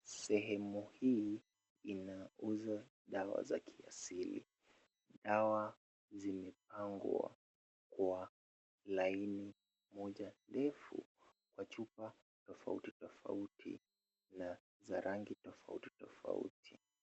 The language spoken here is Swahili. Sehemu hii inauzwa dawa za kiasili, dawa zimepangwa Kwa laini moja ndefu Kwa chupa tofauti tofauti na za rangi tofauti tofauti.